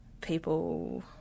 people